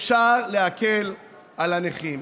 אפשר להקל על הנכים.